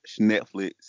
Netflix